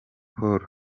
paul